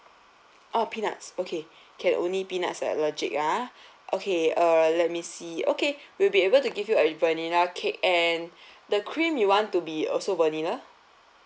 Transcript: oh peanuts okay can only peanuts allergic ah okay uh let me see okay we'll be able to give you a vanilla cake and the cream you want to be also vanilla